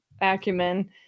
acumen